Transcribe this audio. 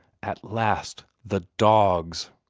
at last the dogs!